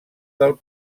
del